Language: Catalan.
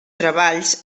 treballs